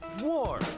war